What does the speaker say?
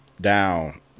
down